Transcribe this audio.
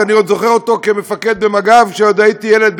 שאני עוד זוכר אותו כמפקד במג"ב כשעוד הייתי ילד,